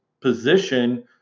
position